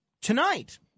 tonight